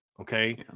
Okay